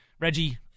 Reggie